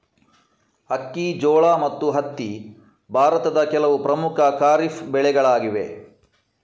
ಅಕ್ಕಿ, ಜೋಳ ಮತ್ತು ಹತ್ತಿ ಭಾರತದ ಕೆಲವು ಪ್ರಮುಖ ಖಾರಿಫ್ ಬೆಳೆಗಳಾಗಿವೆ